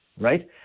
right